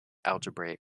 algebraic